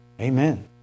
Amen